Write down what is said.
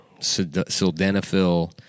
Sildenafil